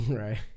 Right